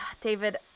David